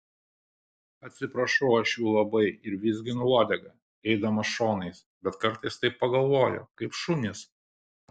atsiprašau aš jų labai ir vizginu uodegą eidamas šonais bet kartais taip pagalvoju kaip šunys